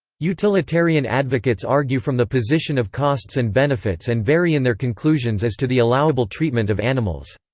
utilitarian advocates argue from the position of costs and benefits and vary in their conclusions as to the allowable treatment of animals.